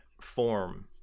form